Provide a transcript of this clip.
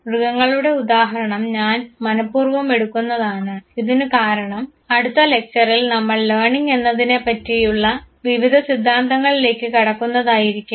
മൃഗങ്ങളുടെ ഉദാഹരണം ഞാൻ മനപ്പൂർവ്വം എടുക്കുന്നതാണ് ഇതിനു കാരണം അടുത്ത ലക്ചറിൽ നമ്മൾ ലേണിങ് എന്നതിനെ പറ്റിയുള്ള വിവിധ സിദ്ധാന്തങ്ങളിലേക്ക് കടക്കുന്നതായിരിക്കും